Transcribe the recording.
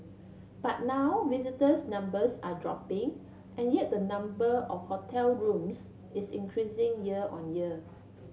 but now visitors numbers are dropping and yet the number of hotel rooms is increasing year on year